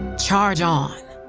charge on.